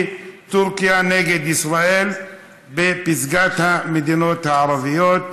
טורקיה נגד ישראל בפסגת המדינות הערביות,